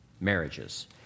marriages